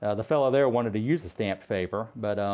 ah the fellow there wanted to used the stamped paper, but